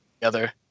together